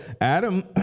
Adam